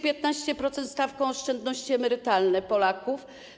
15-procentową stawką oszczędności emerytalne Polaków.